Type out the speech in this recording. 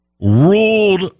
ruled